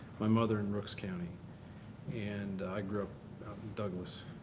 my mother in rooks county and i grew up out in douglas,